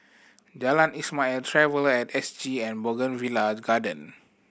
Jalan Ismail Traveller At S G and Bougainvillea Garden